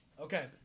Okay